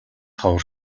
ховор